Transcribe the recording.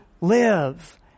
live